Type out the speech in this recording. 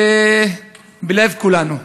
בלב כולנו.